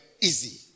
easy